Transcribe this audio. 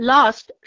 Lost